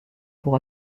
pour